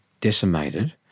decimated